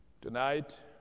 Tonight